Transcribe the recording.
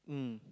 mm